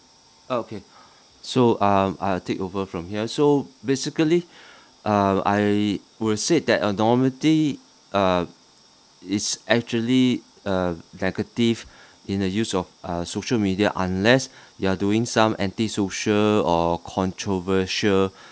okay so um I'll take over from here so basically uh I would say that anonymity uh is actually uh negative in the use of uh social media unless they are doing some antisocial or controversial